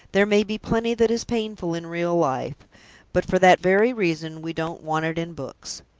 there may be plenty that is painful in real life but for that very reason, we don't want it in books.